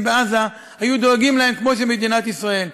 בעזה היו דואגים להם כמו מדינת ישראל.